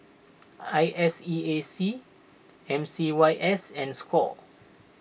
I S E A C M C Y S and Score